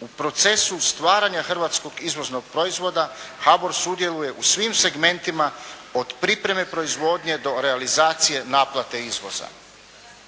U procesu stvaranja hrvatskog izvoznog proizvoda HBOR sudjeluje u svim segmentima od pripreme proizvodnje do realizacije naplate izvoza.